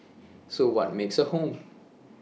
so what makes A home